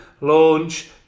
launch